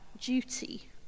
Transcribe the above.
duty